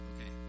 Okay